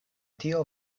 tio